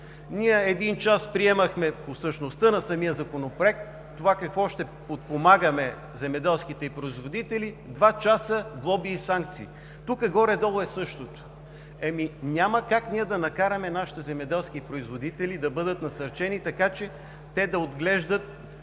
един час приемахме същността на самия законопроект – как ще подпомагаме земеделските производители; два часа – глоби и санкции. Тук горе-долу е същото. Няма как да накараме нашите земеделски производители да бъдат насърчени, така че те да се